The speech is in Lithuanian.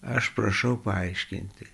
aš prašau paaiškinti